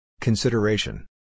Consideration